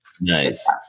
nice